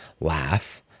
laugh